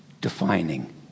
defining